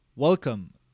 Welcome